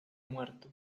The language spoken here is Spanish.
muerto